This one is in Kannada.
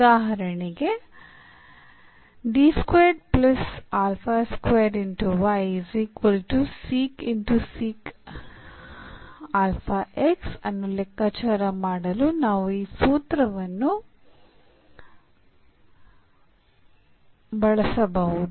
ಉದಾಹರಣೆಗೆ ಅನ್ನು ಲೆಕ್ಕಾಚಾರ ಮಾಡಲು ನಾವು ಈ ಸೂತ್ರವನ್ನು ಬಳಸಬಹುದು